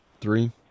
Three